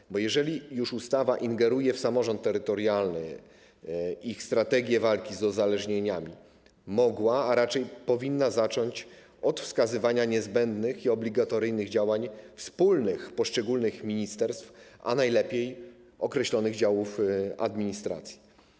Bo ustawa, jeżeli już ingeruje w działania samorządów terytorialnych, ich strategię walki z uzależnieniami, to mogłaby, a raczej powinna zacząć od wskazania niezbędnych i obligatoryjnych działań wspólnych poszczególnych ministerstw, a najlepiej określonych działów administracji.